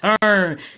turn